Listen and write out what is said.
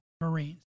Marines